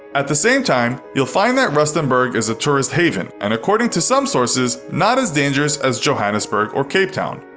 at the same time, you'll find that rustenberg is a tourist haven, and according to some sources, not as dangerous as johannesburg or cape town.